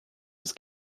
des